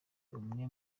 umwe